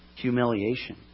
humiliation